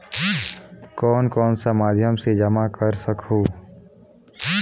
कौन कौन सा माध्यम से जमा कर सखहू?